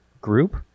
group